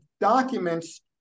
documents